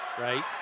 Right